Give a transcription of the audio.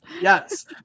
Yes